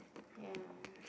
ya